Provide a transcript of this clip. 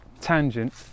tangent